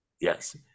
Yes